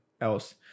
else